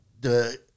the-